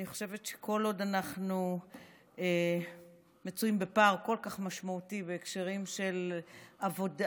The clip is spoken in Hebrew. אני חושבת שכל עוד אנחנו מצויים בפער כל כך משמעותי בהקשרים של עבודה,